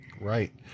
Right